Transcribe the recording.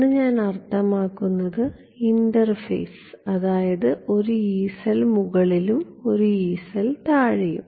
ഒന്ന് ഞാൻ അർത്ഥമാക്കുന്നത് ഇന്റർഫേസ് അതായത് ഒരു യീ സെൽ മുകളിലും ഒരു യീ സെൽ താഴെയും